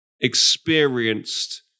experienced